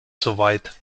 soweit